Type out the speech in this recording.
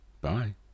bye